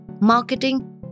marketing